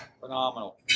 Phenomenal